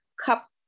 cup